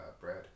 bread